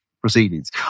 proceedings